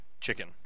chicken